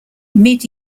mid